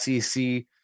SEC